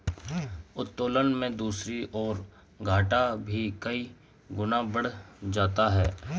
उत्तोलन में दूसरी ओर, घाटा भी कई गुना बढ़ जाता है